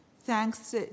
thanks